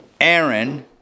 Aaron